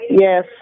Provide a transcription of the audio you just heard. Yes